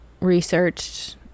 researched